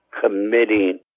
committing